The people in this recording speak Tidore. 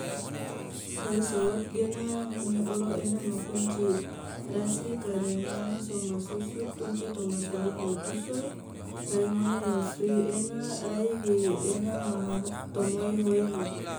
hoi solot gena ngone oro ena ma kunci, rasi kare ngone so masusu kunci toma solot ma tuso, rai ngone yo fri ena, rai ge ena maha ho tomoi hoi ma.